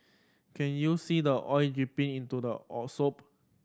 can you see the oil dripping into the all soup